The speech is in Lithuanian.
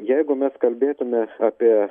jeigu mes kalbėtume apie